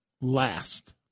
last